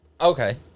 Okay